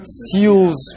steals